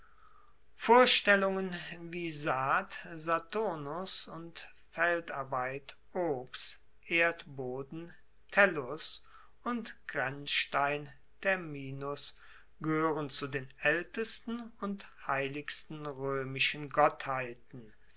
vorstellungen wie saat saturnus und feldarbeit ops erdboden tellus und grenzstein terminus gehoeren zu den aeltesten und heiligsten roemischen gottheiten